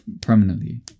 permanently